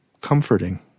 comforting